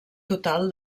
total